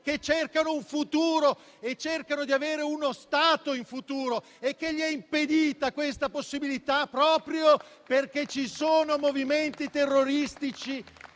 che cercano un futuro e cercano di avere uno Stato in futuro e a cui è impedita questa possibilità proprio perché ci sono movimenti terroristici